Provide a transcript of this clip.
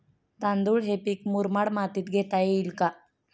तांदूळ हे पीक मुरमाड मातीत घेता येईल का?